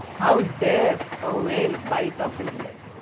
how dare a whale bite off his leg?